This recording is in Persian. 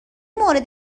مورد